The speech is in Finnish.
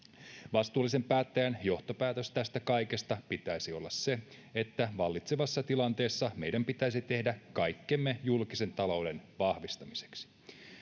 vastuullisen päättäjän johtopäätös tästä kaikesta pitäisi olla se että vallitsevassa tilanteessa meidän pitäisi tehdä kaikkemme julkisen talouden vahvistamiseksi syy